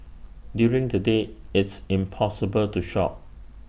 during the day it's impossible to shop